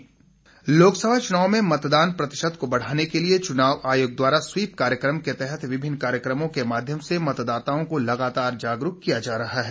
SVEEP कार्यक्रम लोकसभा चुनाव में मतदात प्रतिशत को बढ़ाने के लिए चुनाव आयोग द्वारा स्वीप कार्यक्रम के तहत विभिन्न कार्यक्रमों के माध्यम से मतदाताओं को लगातार जागरूक किया जा रहा है